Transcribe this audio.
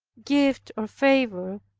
gift, or favor,